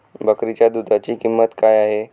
बकरीच्या दूधाची किंमत काय आहे?